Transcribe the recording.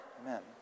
Amen